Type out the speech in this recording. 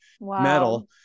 metal